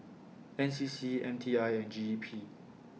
N C C M T I and G E P